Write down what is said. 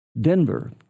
Denver